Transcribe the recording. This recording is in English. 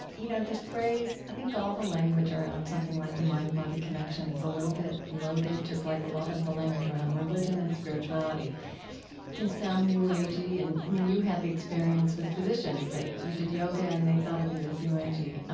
you know, the phrase i think all the language around something like a mind-body connection is a little bit loaded, just like a lot of the language around religion and spirituality can sound new age-y. and, i mean, you had the experience with physicians that you did yoga and they thought of you as new age-y.